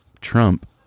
Trump